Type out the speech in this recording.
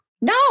No